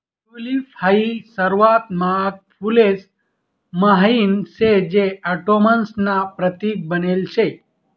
tulip हाई सर्वात महाग फुलेस म्हाईन शे जे ऑटोमन्स ना प्रतीक बनेल शे